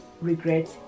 regret